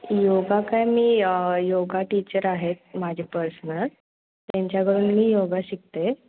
योगा काय मी yoga teacher आहेत माझे पर्सनल त्यांच्याकडून मी योगा शिकते